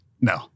No